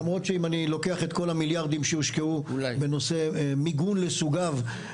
למרות שאם אני לוקח את כל המיליארדים שהושקעו בנושא מיגון לסוגיו,